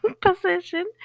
position